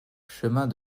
chemin